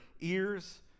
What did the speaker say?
ears